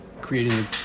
Creating